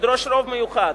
תדרוש רוב מיוחד,